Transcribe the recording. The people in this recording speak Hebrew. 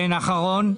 כן, אחרון.